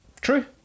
true